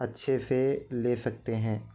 اچھّے سے لے سکتے ہیں